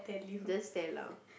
just tell lah